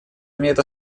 имеет